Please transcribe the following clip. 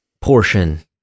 portion